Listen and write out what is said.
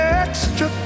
extra